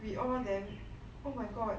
we all damn oh my god